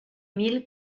mille